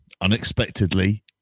unexpectedly